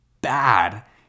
bad